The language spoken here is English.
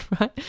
right